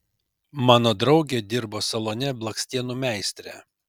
mano draugė dirbo salone blakstienų meistre